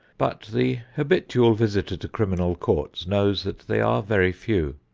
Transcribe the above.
but the habitual visitor to criminal courts knows that they are very few.